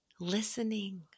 listening